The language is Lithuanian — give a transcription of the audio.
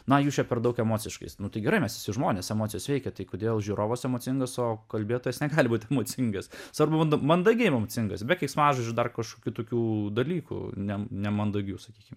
na jūs čia per daug emociškai nu tai gerai mes visi žmonės emocijos veikia tai kodėl žiūrovas emocingas o kalbėtojas negali būti emocingas svarbu mandagiai emocingas be keiksmažodžių dar kažkokių tokių dalykų ne nemandagių sakykim